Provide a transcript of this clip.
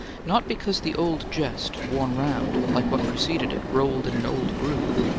not because the old jest, worn round, like what preceded it, rolled in an old groove,